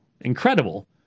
incredible